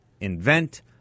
invent